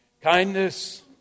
Kindness